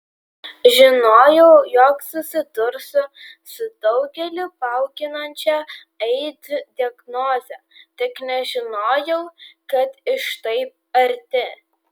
žinojau jog susidursiu su daugelį bauginančia aids diagnoze tik nežinojau kad iš taip arti